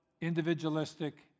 individualistic